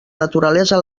naturalesa